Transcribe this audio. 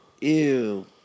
Ew